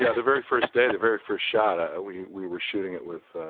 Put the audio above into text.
yeah the very first day, the very first shot, ah we we were shooting it with